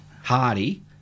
Hardy